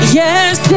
yes